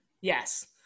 Yes